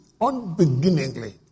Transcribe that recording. unbeginningly